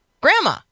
Grandma